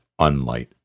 Unlight